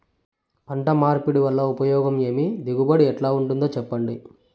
పంట మార్పిడి వల్ల ఉపయోగం ఏమి దిగుబడి ఎట్లా ఉంటుందో చెప్పండి?